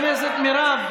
חברת הכנסת מירב,